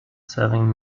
serving